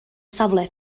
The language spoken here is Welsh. safle